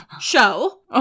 show